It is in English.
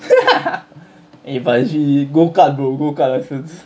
eh but she go-kart bro go-kart license